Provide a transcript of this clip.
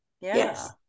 Yes